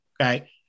okay